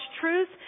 truth